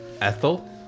Ethel